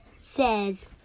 says